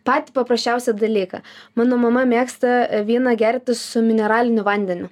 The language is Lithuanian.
patį paprasčiausią dalyką mano mama mėgsta vyną gerti su mineraliniu vandeniu